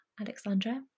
Alexandra